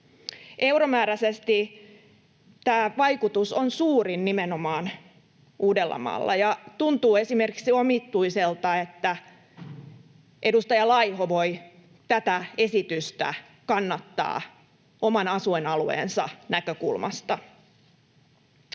Euromääräisesti tämä vaikutus on suurin nimenomaan Uudellamaalla, ja tuntuu omituiselta, että esimerkiksi edustaja Laiho voi tätä esitystä kannattaa oman asuinalueensa näkökulmasta.